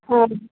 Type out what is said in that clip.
हँ